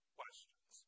questions